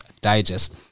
Digest